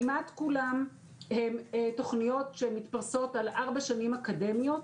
הוא שכמעט כולן הן תוכניות שמתפרסות על ארבע שנים אקדמיות,